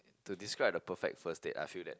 to describe the perfect first date I feel that